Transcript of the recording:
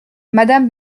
madame